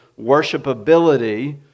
worshipability